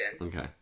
Okay